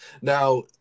Now